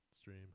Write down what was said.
stream